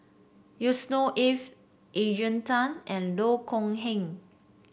Yusnor Ef Adrian Tan and Loh Kok Heng